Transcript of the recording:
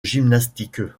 gymnastique